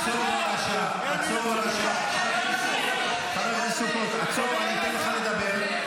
אתה עולה פה ומאיים באופן חזירי -- אנחנו נמחק לך את החיוך,